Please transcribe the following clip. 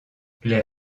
les